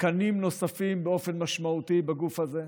תקנים נוספים באופן משמעותי בגוף הזה.